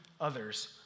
others